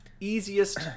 easiest